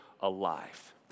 alive